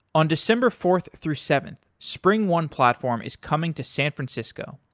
on december fourth through seventh, springone platform is coming to san francisco.